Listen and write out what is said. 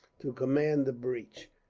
to command the breach.